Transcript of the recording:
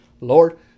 Lord